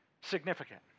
significant